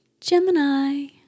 Gemini